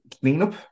cleanup